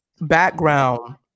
background